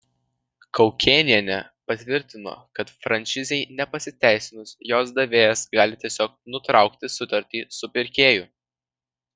kaukėnienė patvirtino kad franšizei nepasiteisinus jos davėjas gali tiesiog nutraukti sutartį su pirkėju